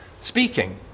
Speaking